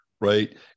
Right